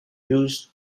used